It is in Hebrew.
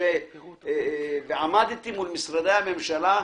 עמדתי מול משרדי הממשלה,